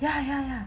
ya ya